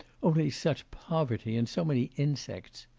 only such poverty, and so many insects.